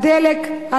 הדלק,